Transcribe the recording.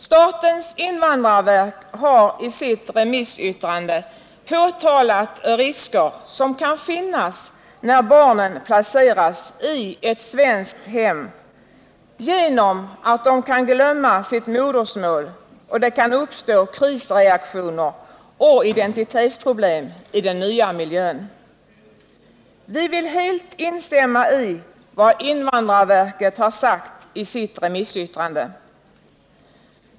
Statens invandrarverk har i sitt remissyttrande påtalat risker som kan finnas när barnen placeras i ett svenskt hem, t.ex. att de kan glömma sitt modersmål och att det kan uppstå krisreaktioner och identitetsproblem i den nya miljön. Vi vill helt instämma i vad invandrarverket har sagt i sitt remissyttrande.